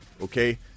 Okay